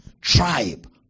Tribe